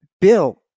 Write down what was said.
Bill